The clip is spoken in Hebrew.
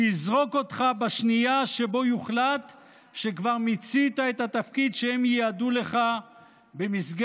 שיזרוק אותך בשנייה שבה יוחלט שכבר מיצית את התפקיד שהם ייעדו לך במסגרת